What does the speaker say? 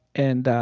and